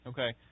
Okay